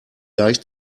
deich